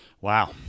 Wow